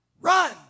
Run